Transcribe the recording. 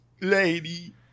lady